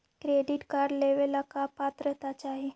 Credit card लेवेला का पात्रता चाही?